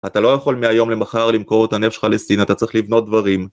אתה לא יכול מהיום למחר למכור את הנפש שלך לסין, אתה צריך לבנות דברים